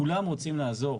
כולם רוצים לעזור.